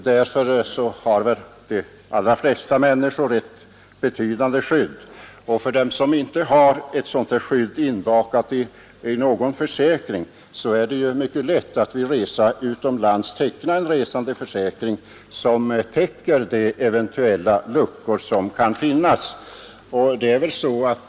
Därför har väl de allra flesta människor ett betydande skydd, och för dem som inte har ett sådant skydd inbakat i någon försäkring är det ju mycket lätt att vid resa utomlands teckna en resandeförsäkring som täcker de eventuella luckor som kan finnas.